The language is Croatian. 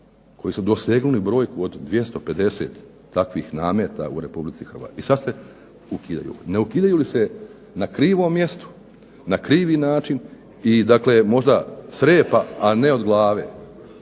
koji su dosegnuli brojku od 250 takvih nameta u Republici Hrvatskoj, i sad se ukidaju. Ne ukidaju li se na krivom mjestu, na krivi način i dakle možda s repa a ne od glave,